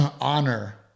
honor